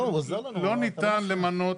לא ניתן למנות,